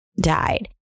died